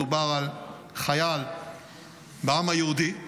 מדובר על חייל בעם היהודי,